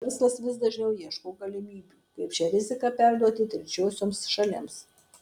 verslas vis dažniau ieško galimybių kaip šią riziką perduoti trečiosioms šalims